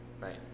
right